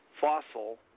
fossil